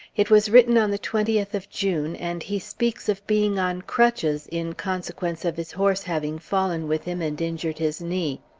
it was written on the twentieth of june, and he speaks of being on crutches in consequence of his horse having fallen with him, and injured his knee.